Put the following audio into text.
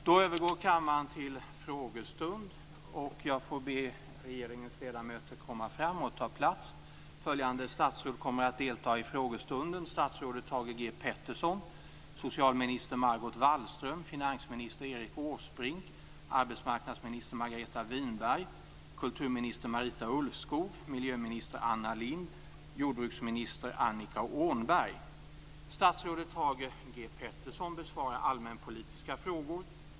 Då övergår kammaren till frågestund. Jag får be regeringens ledamöter ta plats. Följande statsråd kommer att delta i frågestunden: statsrådet Thage G Åhnberg. Statsrådet Thage G Peterson besvarar allmänpolitiska frågor.